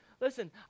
listen